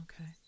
Okay